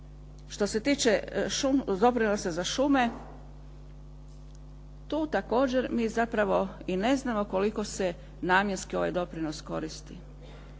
Što se tiče doprinosa za šume, tu također mi zapravo i ne znamo koliko se namjenski ovaj doprinos koristi.